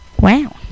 Wow